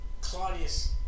Claudius